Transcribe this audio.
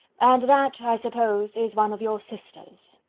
and that i suppose is one of your sisters.